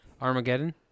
Armageddon